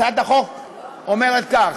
הצעת החוק אומרת כך,